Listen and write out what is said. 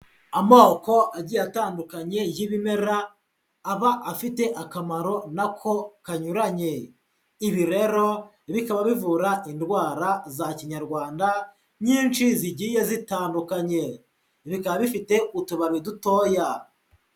Amoko agiye atandukanye y'ibimera aba afite akamaro na ko kanyuranye, ibi rero bikaba bivura indwara za Kinyarwanda nyinshi zigiye zitandukanye, bikaba bifite utubabi dutoya.